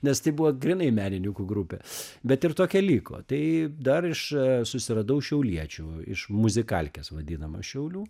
nes tai buvo grynai menininkų grupė bet ir tokia liko tai dar iš susiradau šiauliečių iš muzikalkės vadinamos šiaulių